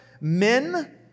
men